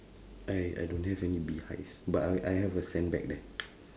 I I don't have any beehives but I I have a sandbag there